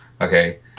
Okay